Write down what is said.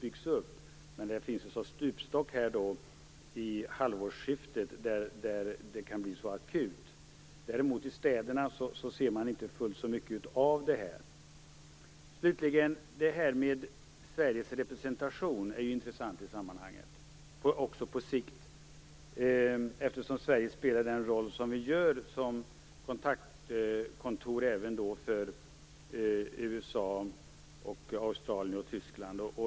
Här kommer att finnas ett slags stupstock vid halvårsskiftet, då läget kan bli helt akut. Däremot ser man inte fullt så mycket av hungersnöden i städerna. Slutligen detta med Sveriges representation som är intressant i sammanhanget, också på sikt, eftersom Sverige spelar roll som kontaktkontor även för USA, Australien och Tyskland.